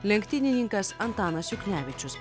lenktynininkas antanas juknevičius